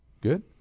Good